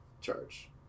charge